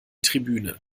tribüne